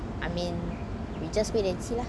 I mean we just wait and see lah